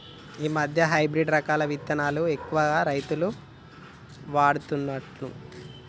ఈ మధ్యన హైబ్రిడ్ రకాల విత్తనాలను ఎక్కువ రైతులు వాడుతుండ్లు